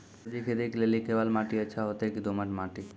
सब्जी खेती के लेली केवाल माटी अच्छा होते की दोमट माटी?